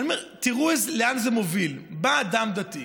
תראו לאן זה מוביל: בא אדם דתי,